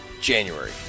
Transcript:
January